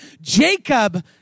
Jacob